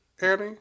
Annie